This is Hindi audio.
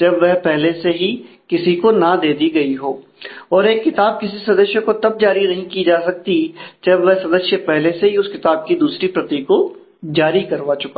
जब वह पहले से ही किसी को ना दे दी गई हो और एक किताब किसी सदस्य को तब जारी नहीं की जा सकती जब वह सदस्य पहले से ही उस किताब की दूसरी प्रति को जारी करवा चुका हो